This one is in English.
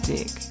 Dick